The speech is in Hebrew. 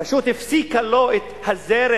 פשוט הפסיקה לו את הזרם,